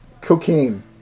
Cocaine